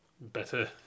better